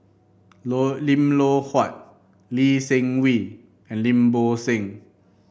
Loh Lim Loh Huat Lee Seng Wee and Lim Bo Seng